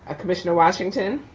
ah commissioner washington.